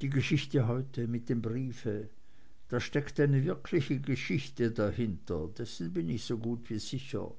die geschichte heute mit dem briefe da steckt eine wirkliche geschichte dahinter dessen bin ich so gut wie sicher